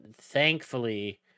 thankfully